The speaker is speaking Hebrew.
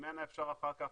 וממנה אפשר אחר כך